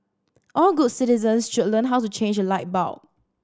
all good citizens should learn how to change a light bulb